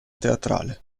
teatrale